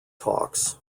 talks